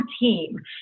team